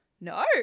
No